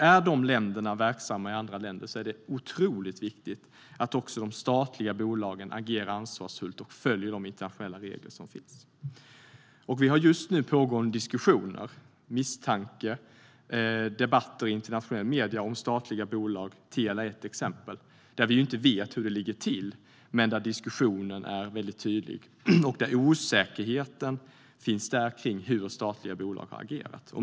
Är de statliga bolagen verksamma i andra länder är det otroligt viktigt att de agerar ansvarsfullt och följer de internationella regler som finns. Just nu förekommer diskussioner, misstankar och debatter, även i internationella medier, om statliga bolag. Telia är ett exempel där vi inte vet hur det ligger till. Men diskussionen är tydlig, och det råder osäkerhet kring hur statliga bolag har agerat.